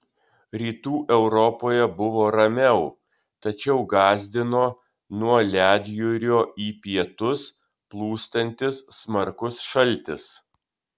rytų europoje buvo ramiau tačiau gąsdino nuo ledjūrio į pietus plūstantis smarkus šaltis